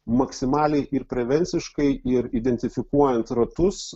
maksimaliai ir prevenciškai ir identifikuojant ratus